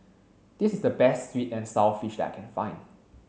this is the best sweet and sour fish that I can find